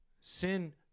Sin